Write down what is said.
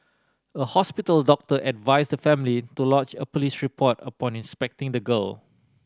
a hospital doctor advised the family to lodge a police report upon inspecting the girl